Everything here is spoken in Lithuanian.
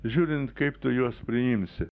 žiūrint kaip tu juos priimsi